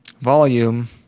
volume